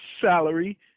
salary